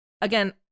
again